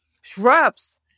shrubs